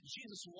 Jesus